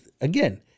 again